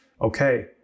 Okay